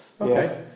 Okay